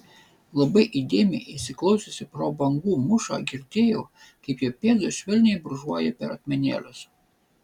labai įdėmiai įsiklausiusi pro bangų mūšą girdėjau kaip jo pėdos švelniai brūžuoja per akmenėlius